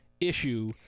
issue